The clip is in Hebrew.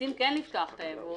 מחליטים כן לפתוח את הייבוא,